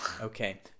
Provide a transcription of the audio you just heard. okay